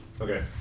Okay